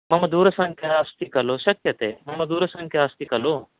मम दूरसंख्या अस्ति खलु शक्यते मम दूरसंख्या अस्ति खलु